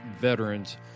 veterans